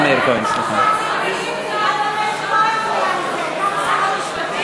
למה לא שרת המשפטים מדברת על חוק-יסוד: הממשלה?